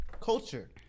Culture